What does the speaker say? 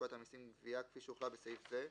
פקודת המסים גביה כפי שהוחלה בסעיף זה,